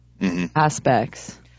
aspects